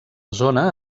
zona